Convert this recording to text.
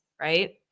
right